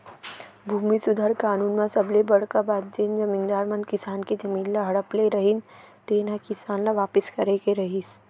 भूमि सुधार कानून म सबले बड़का बात जेन जमींदार मन किसान के जमीन ल हड़प ले रहिन तेन ह किसान ल वापिस करे के रहिस